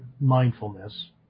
mindfulness